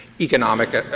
economic —